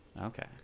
Okay